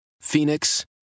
Phoenix